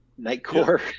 Nightcore